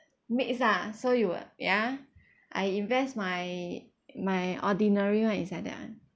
mix ah so you will ya I invest my my ordinary [one] inside that one